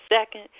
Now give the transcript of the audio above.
second